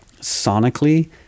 sonically